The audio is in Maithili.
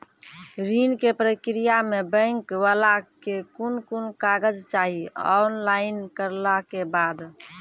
ऋण के प्रक्रिया मे बैंक वाला के कुन कुन कागज चाही, ऑनलाइन करला के बाद?